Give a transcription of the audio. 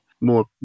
more